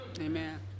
amen